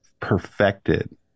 perfected